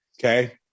Okay